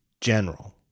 general